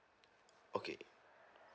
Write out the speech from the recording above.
okay